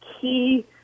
key